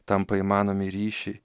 tampa įmanomi ryšiai